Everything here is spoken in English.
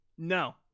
No